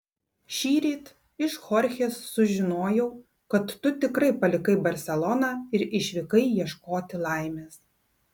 šįryt iš chorchės sužinojau kad tu tikrai palikai barseloną ir išvykai ieškoti laimės